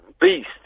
Beast